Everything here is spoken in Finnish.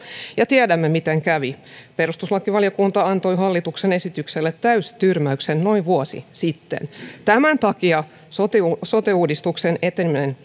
ja tiedämme miten kävi perustuslakivaliokunta antoi hallituksen esitykselle täystyrmäyksen noin vuosi sitten tämän takia sote sote uudistuksen eteneminen